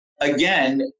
again